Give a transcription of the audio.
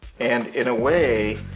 and in a way,